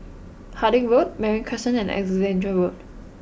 Harding Road Marine Crescent and Alexandra Road